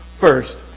first